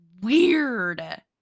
weird